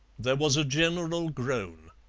there was a general groan.